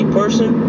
person